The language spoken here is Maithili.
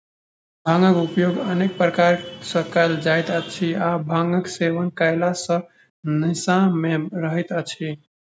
भांगक उपयोग अनेक प्रकार सॅ कयल जाइत अछि आ भांगक सेवन कयला सॅ लोक निसा मे रहैत अछि